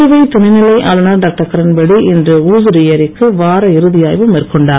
புதுவை துணைநிலை ஆளுநர் டாக்டர் கிரண்பேடி இன்று ஊசுடு ஏரிக்கு வார இறுதி ஆய்வு மேற்கொண்டார்